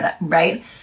right